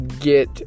get